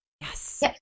Yes